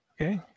Okay